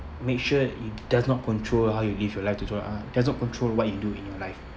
make sure it does not control how you live your life to do~ uh does not control what you do in your life